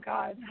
God